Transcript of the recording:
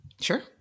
Sure